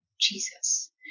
Jesus